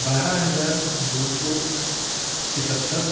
बारह हजार दो सौ सतहत्तर